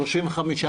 35 נדבקים.